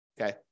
okay